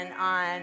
on